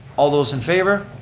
all those in favor?